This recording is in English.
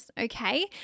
Okay